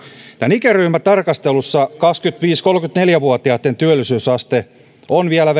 ikäryhmätarkastelussa kaksikymmentäviisi viiva kolmekymmentäneljä vuotiaitten työllisyysaste on vielä verrattain